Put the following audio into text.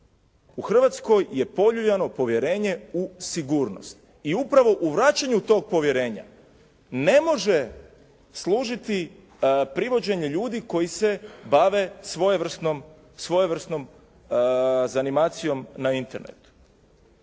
U Hrvatskoj je poljuljano povjerenje u sigurnost i upravo u vraćanju tog povjerenja ne može služiti privođenje ljudi koji se bave svojevrsnom zanimacijom na Internetu.